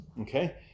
okay